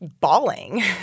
bawling